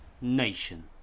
Nation